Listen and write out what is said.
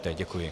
Děkuji.